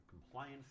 Compliance